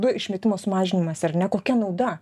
du išmetimo sumažinimas ar ne kokia nauda